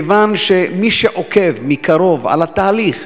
כיוון שמי שעוקב מקרוב אחרי התהליך,